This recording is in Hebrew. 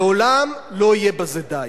לעולם לא יהיה בזה די.